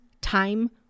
time